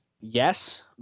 Yes